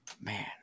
Man